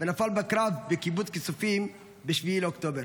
ונפל בקרב בקיבוץ כיסופים ב-7 באוקטובר